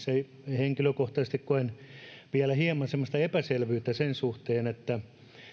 henkilökohtaisesti koen vielä hieman semmoista epäselvyyttä sen suhteen että